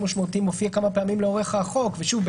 משמעותיים" מופיע כמה פעמים לאורך החוק ושוב,